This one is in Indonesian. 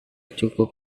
cukup